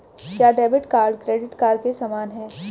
क्या debit card credit card के समान है?